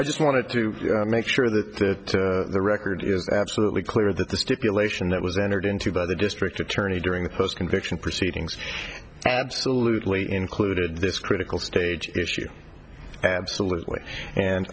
i just wanted to make sure that the record is absolutely clear that the stipulation that was entered into by the district attorney during the post conviction proceedings absolutely included this critical stage issue absolutely and